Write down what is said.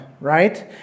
right